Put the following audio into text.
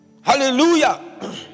Hallelujah